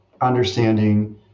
Understanding